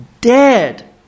Dead